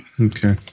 Okay